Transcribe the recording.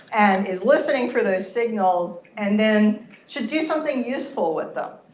and is listening for those signals and then should do something useful with them.